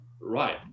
Right